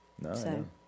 No